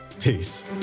Peace